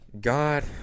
God